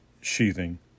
sheathing